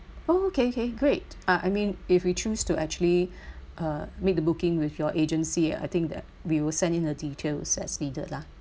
oh okay okay great uh I mean if we choose to actually uh make the booking with your agency uh I think the we will send in the details as needed lah